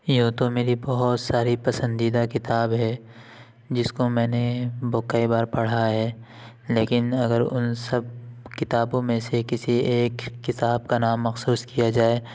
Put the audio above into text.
یوں تو میری بہت ساری پسندیدہ کتاب ہے جس کو میں نے بک کئی بار پڑھا ہے لیکن اگر ان سب کتابوں میں سے کسی ایک کتاب کا نام مخصوص کیا جائے